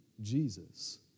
Jesus